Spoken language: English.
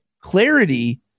Clarity